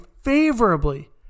favorably